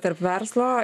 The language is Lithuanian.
tarp verslo